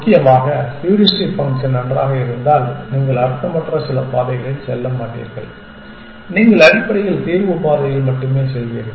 முக்கியமாக heuristic function நன்றாக இருந்தால் நீங்கள் அர்த்தமற்ற சில பாதைகளில் செல்லமாட்டீர்கள் நீங்கள் அடிப்படையில் தீர்வு பாதையில் மட்டுமே செல்வீர்கள்